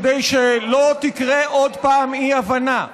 כדי שלא תהיה עוד פעם אי-הבנה,